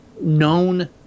known